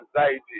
anxiety